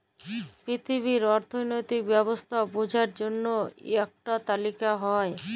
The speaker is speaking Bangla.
পিথিবীর অথ্থলৈতিক ব্যবস্থা বুঝার জ্যনহে ইকট তালিকা হ্যয়